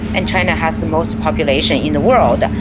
and china has the most population in the world.